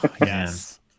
yes